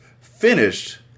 Finished